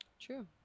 True